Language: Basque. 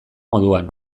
moduan